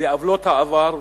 בעוולות העבר,